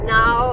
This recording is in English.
now